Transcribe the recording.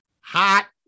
hot